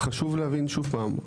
חשוב להבין שוב פעם,